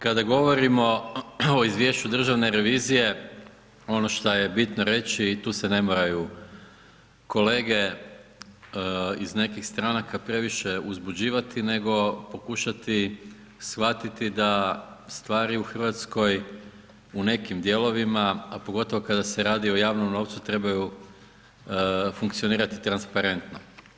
Kada govorimo, o izvješću Državne revizije, ono šta je bitno reći i tu se ne moraju kolege iz nekih stranaka previše uzbuđivati nego pokušati shvatiti da stvari u Hrvatskoj, u nekim dijelovima a pogotovo kada se radi o javnom novcu, trebaju funkcionirati transparentno.